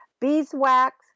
beeswax